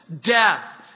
death